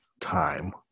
time